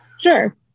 sure